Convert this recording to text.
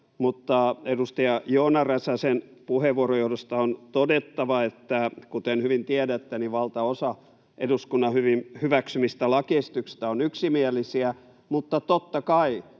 Edustaja Joona Räsäsen puheenvuoron johdosta on todettava, että kuten hyvin tiedätte, niin valtaosa eduskunnan hyväksymistä lakiesityksistä on yksimielisiä, mutta totta kai